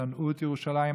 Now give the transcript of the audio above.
ששנאו את ירושלים,